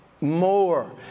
More